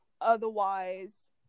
Otherwise